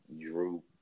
Drew